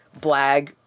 blag